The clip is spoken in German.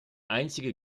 einzige